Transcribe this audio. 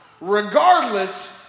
regardless